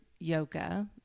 Yoga